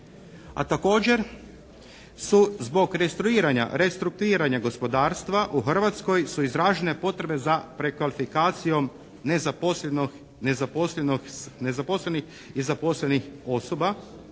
A također su zbog restrukturiranja gospodarstva u Hrvatskoj su izražene potrebe za prekvalifikacijom nezaposlenih i zaposlenih osoba,